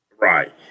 Right